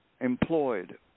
employed